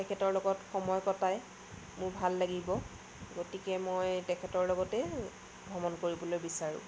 তেখেতৰ লগত সময় কটাই মোৰ ভাল লাগিব গতিকে মই তেখেতৰ লগতেই ভ্ৰমণ কৰিবলৈ বিচাৰোঁ